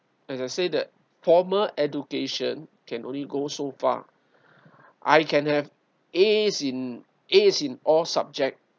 as I said that formal education can only go so far I can have A's in A's in all subjects